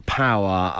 power